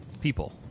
people